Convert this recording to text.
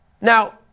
Now